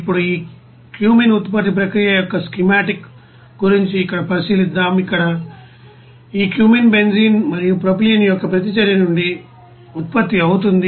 ఇప్పుడు ఈ క్యూమీన్ ఉత్పత్తి ప్రక్రియ యొక్క స్కీమాటిక్ గురించి ఇక్కడ పరిశీలిద్దాం ఇక్కడ ఈ క్యూమీన్ బెంజీన్ మరియు ప్రొపైలిన్ యొక్క ప్రతిచర్య నుండి ఉత్పత్తి అవుతుంది